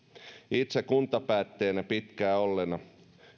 itse kuntapäättäjänä pitkään olleena